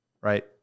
right